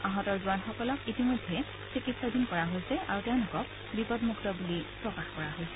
আহত জোৱানসকলক ইতিমধ্যে চিকিৎসাধীন কৰা হৈছে আৰু তেওঁলোক বিপদমুক্ত বুলি প্ৰকাশ পাইছে